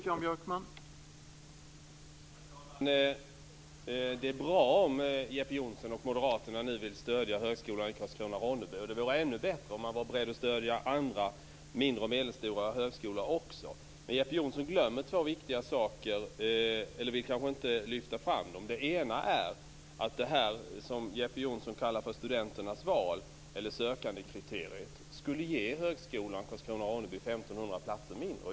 Herr talman! Det är bra om Jeppe Johnsson och Moderaterna vill stödja högskolan i Karlskrona Ronneby 1 500 platser färre.